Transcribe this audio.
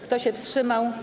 Kto się wstrzymał?